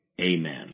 Amen